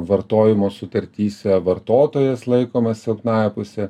vartojimo sutartyse vartotojas laikomas silpnąja puse